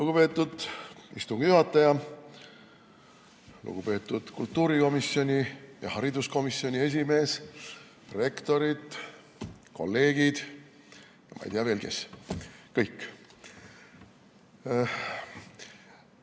Lugupeetud istungi juhataja! Lugupeetud kultuurikomisjoni ja hariduskomisjoni esimees, prorektorid, kolleegid, ma ei tea veel, kes kõik!